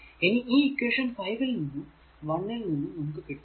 ഇനി ഈ ഇക്വേഷൻ 5 ൽ നിന്നും 1 ൽ നിന്നും നമുക്ക് കിട്ടും